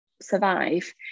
survive